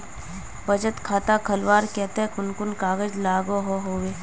बचत खाता खोलवार केते कुन कुन कागज लागोहो होबे?